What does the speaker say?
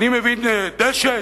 אני מבין דשן.